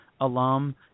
alum